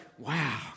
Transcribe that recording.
wow